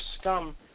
scum